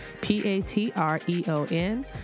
P-A-T-R-E-O-N